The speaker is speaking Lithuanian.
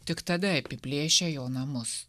tik tada apiplėšia jo namus